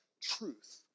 truth